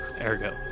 ergo